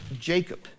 Jacob